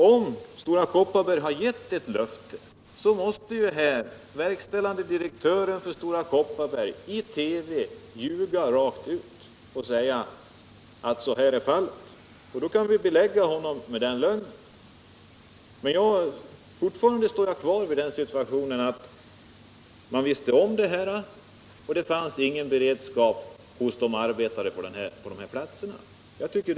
Om Stora Kopparberg har gett ett löfte måste verkställande direktören för Stora Kopparberg ljuga rakt ut när han säger i TV att så är inte fallet. Då kan vi belägga honom med den lögnen. Jag står fortfarande kvar vid den åsikten att man visste om detta, och det fanns ingen beredskap hos arbetarna på dessa platser.